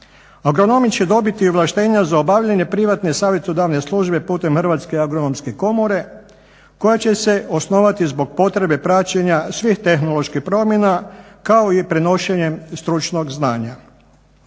Agronomi će dobiti ovlaštenja za obavljanje privatne savjetodavne službe putem Hrvatske agronomske komore koja će se osnovati zbog potrebe praćenja svih tehnoloških promjena kao i prenošenjem stručnog znanja.